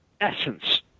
essence